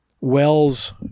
Wells